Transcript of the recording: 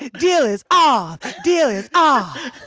deal is off, deal is um ah